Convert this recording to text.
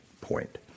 point